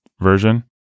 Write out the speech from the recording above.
version